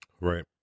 Right